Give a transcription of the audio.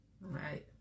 Right